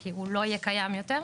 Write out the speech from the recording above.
כי הוא לא יהיה קיים יותר.